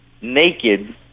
naked